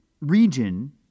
region